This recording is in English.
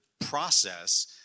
process